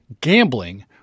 gambling